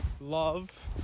love